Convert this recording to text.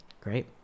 Great